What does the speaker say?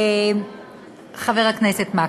1 2. חבר הכנסת מקלב,